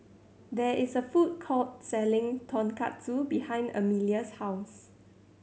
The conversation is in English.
there is a food court selling Tonkatsu behind Emelia's house